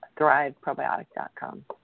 ThriveProbiotic.com